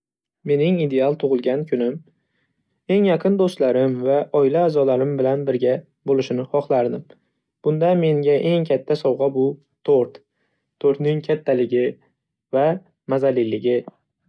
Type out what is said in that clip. Mening ideal tug'ilgan kunim eng yaqin do'stlarim va oila a'zolarim bilan bo'lishini hohlardim. Bunda menga eng katta sovg'a bu "To'rt". To'rtning kattaligi va mazaliligi.